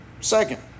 Second